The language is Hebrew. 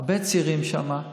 הרבה צעירים שם,